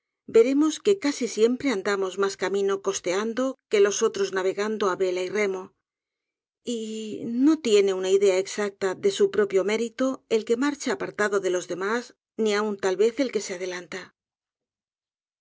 veremos que casi siempre andamos mas camino costeando que los otros navegando á vela y remo y no tiene una idea exacta de su propio mérito el que marcha apartado de los demás ni aun tal vez el que se adelanta í